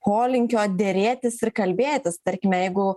polinkio derėtis ir kalbėtis tarkime jeigu